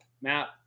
map